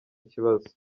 kibazo